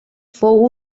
fou